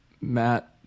Matt